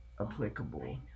applicable